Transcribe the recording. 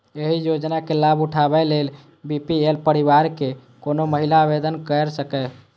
एहि योजनाक लाभ उठाबै लेल बी.पी.एल परिवारक कोनो महिला आवेदन कैर सकैए